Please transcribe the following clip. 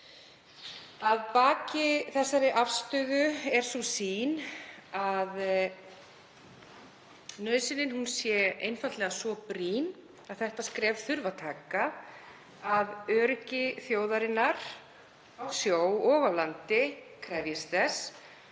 Að baki þessari afstöðu er sú sýn að nauðsynin sé svo brýn að þetta skref þurfi að taka, að öryggi þjóðarinnar á sjó og á landi krefjist þess,